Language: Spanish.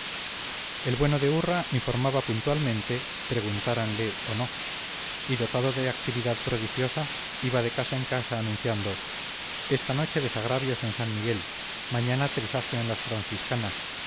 el bueno de urra informaba puntualmente preguntáranle o no y dotado de actividad prodigiosa iba de casa en casa anunciando esta noche desagravios en san miguel mañana trisagio en las franciscanas